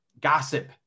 gossip